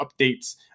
updates